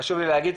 חשוב לי להגיד,